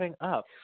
up